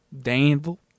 Danville